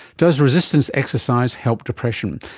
does resistance exercise help depression?